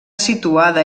situada